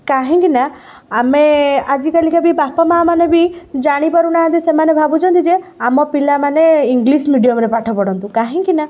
କାହିଁକି ନା ଆମେ ଆଜିକାଲିକା ବି ବାପା ମା ମାନେ ବି ଜାଣି ପାରୁନାହାନ୍ତି ସେମାନେ ଭାବୁଛନ୍ତି ଯେ ଆମ ପିଲାମାନେ ଇଂଲିଶ ମିଡ଼ିୟମରେ ପାଠ ପଢ଼ନ୍ତୁ କାହିଁକି ନା